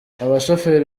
abashoferi